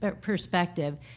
perspective